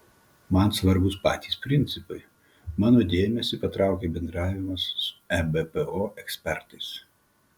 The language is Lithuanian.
man svarbūs patys principai mano dėmesį patraukė bendravimas su ebpo ekspertais